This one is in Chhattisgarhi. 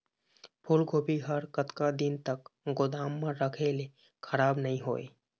फूलगोभी हर कतका दिन तक गोदाम म रखे ले खराब नई होय?